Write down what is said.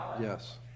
Yes